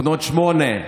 בני שמונה,